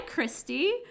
Christy